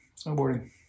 snowboarding